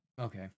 Okay